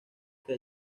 que